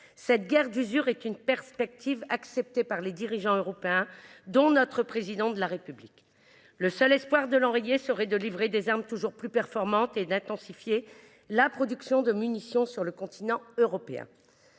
d’une guerre d’usure est acceptée par les dirigeants européens, dont notre Président de la République. Le seul espoir d’enrayer cette guerre serait de livrer des armes toujours plus performantes et d’intensifier la production de munitions sur le continent européen.